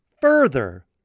further